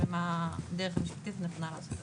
ומה הדרך המשפטית הנכונה לעשות את זה.